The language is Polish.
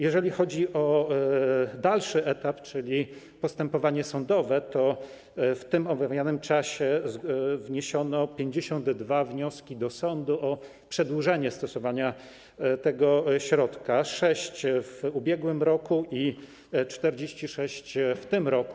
Jeżeli chodzi o dalszy etap, czyli postępowanie sądowe, to w omawianym czasie wniesiono do sądu 52 wnioski o przedłużenie stosowania tego środka, 6 w ubiegłym roku i 46 w tym roku.